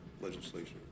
legislation